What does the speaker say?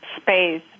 space